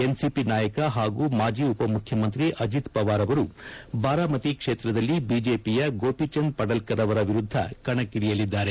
NCP ನಾಯಕ ಹಾಗೂ ಮಾಜಿ ಉಪಮುಖ್ಯಮಂತ್ರಿ ಅಜಿತ್ ಪವಾರ್ ಅವರು ಬಾರಾಮತಿ ಕ್ಷೇತ್ರದಲ್ಲಿ ಬಿಜೆಪಿಯ ಗೋಪಿಚಂದ್ ಪದಲ್ಕರ್ ಅವರ ವಿರುದ್ಧ ಕಣಕ್ನಿಳಿಯಲಿದ್ದಾರೆ